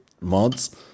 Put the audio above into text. mods